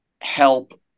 help